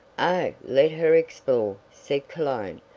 oh, let her explore, said cologne.